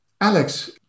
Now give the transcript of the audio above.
alex